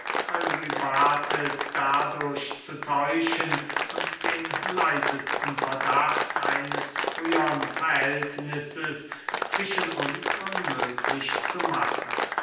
eurybates dadurch zu täuschen und den leisesten verdacht eines frühern verhältnisses zwischen uns unmöglich zu machen